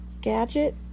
Gadget